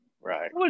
right